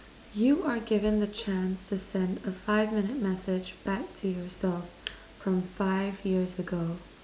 you are given chance to send a five minutes message back to yourself from five years ago